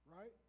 Right